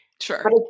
Sure